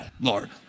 lord